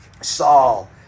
Saul